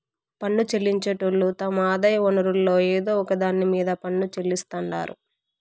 పన్ను చెల్లించేటోళ్లు తమ ఆదాయ వనరుల్ల ఏదో ఒక దాన్ని మీద పన్ను చెల్లిస్తాండారు